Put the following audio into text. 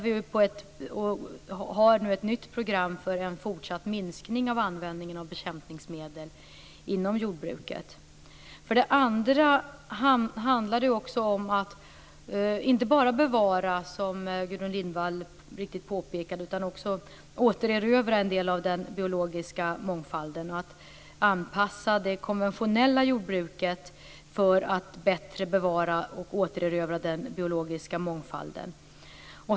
Vi har ett nytt program för en fortsatt minskning av användningen av bekämpningsmedel inom jordbruket. För det andra handlar det också om att inte bara bevara utan också återerövra en del av den biologiska mångfalden, som Gudrun Lindvall så riktigt påpekade. Vi måste anpassa det konventionella jordbruket för att bättre bevara och återerövra den biologiska mångfalden.